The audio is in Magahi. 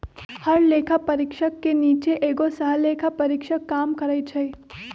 हर लेखा परीक्षक के नीचे एगो सहलेखा परीक्षक काम करई छई